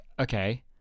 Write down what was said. okay